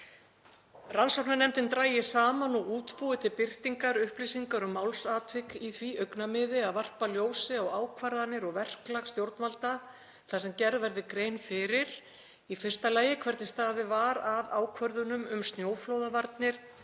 Rannsóknarnefndin dragi saman og útbúi til birtingar upplýsingar um málsatvik í því augnamiði að varpa ljósi á ákvarðanir og verklag stjórnvalda þar sem gerð verði grein fyrir: 1. hvernig staðið var að ákvörðunum um snjóflóðavarnir,